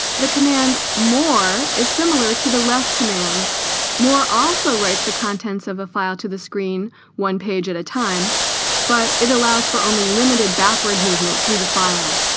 the command more is similar to the less command more, also writes the contents of a file to the screen one page at a time but it allows for only limited backward movement through the file